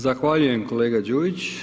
Zahvaljujem kolega Đujić.